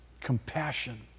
Compassion